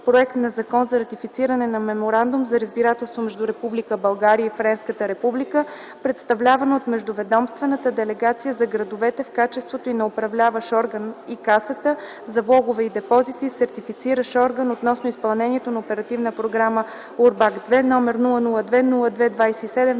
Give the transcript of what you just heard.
Законопроект за ратифициране на Меморандум за разбирателство между Република България и Френската Република, представлявана от Междуведомствената делегация за градовете в качеството й на Управляващ орган и Касата за влогове и депозити – Сертифициращ орган, относно изпълнението на Оперативна програма „УРБАКТ II”, № 002-02-27,